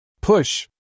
Push